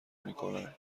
میکنند